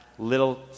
little